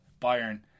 Bayern